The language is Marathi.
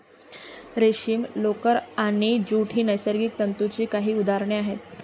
रेशीम, लोकर आणि ज्यूट ही नैसर्गिक तंतूंची काही उदाहरणे आहेत